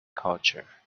culture